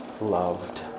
loved